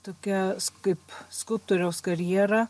tokia s kaip skulptoriaus karjera